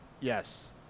Yes